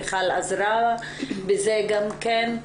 מיכל עזרה בזה גם כן.